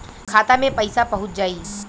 खाता मे पईसा पहुंच जाई